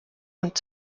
und